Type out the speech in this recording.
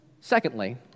Secondly